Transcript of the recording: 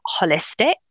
holistic